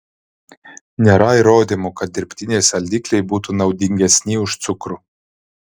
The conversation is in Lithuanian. nėra įrodymų kad dirbtiniai saldikliai būtų naudingesni už cukrų